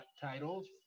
titles